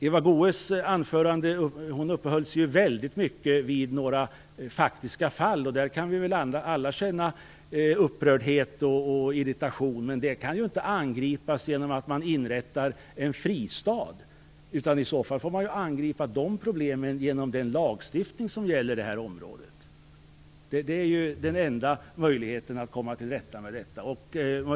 Eva Goës uppehöll sig i sitt anförande väldigt mycket vid några faktiska fall. Vi kan väl alla känna upprördhet och irritation i sådana fall, men de kan inte lösas genom att man inrättar en fristad. Man får angripa problemen genom lagstiftning och eventuellt också tillämpningsföreskrifter på området. Det är enda möjligheten att komma till rätta med detta.